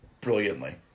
brilliantly